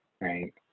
right